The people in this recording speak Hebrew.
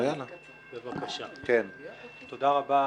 תודה רבה,